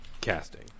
casting